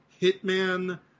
Hitman